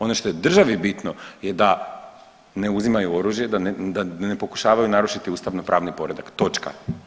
Ono što je državi bitno je da ne uzimaju oružje, da ne pokušavaju urušiti ustavnopravni poredak, točka.